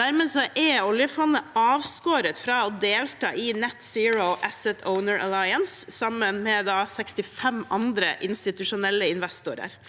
Dermed er oljefondet avskåret fra å delta i Net-Zero Asset Owner Alliance sammen med 65 andre institusjonelle investorer.